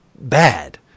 bad